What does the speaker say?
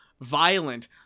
violent